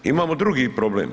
Imamo drugi problem.